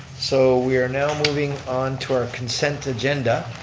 so we are now moving on to our consent agenda.